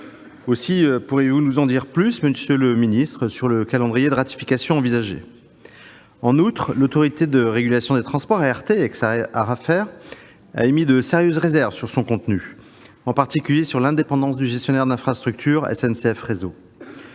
d'État, pourriez-vous nous en dire plus sur le calendrier de ratification envisagé ? En outre, l'Autorité de régulation des transports a émis de sérieuses réserves sur son contenu, en particulier sur l'indépendance du gestionnaire d'infrastructure, SNCF Réseau.